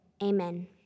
Amen